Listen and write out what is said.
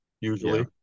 usually